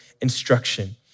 instruction